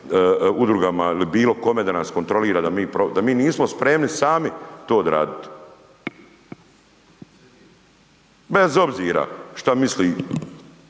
udrugama ili bilo kome da nas kontrolira da mi nismo spremni sami to odraditi? Bez obzira šta misli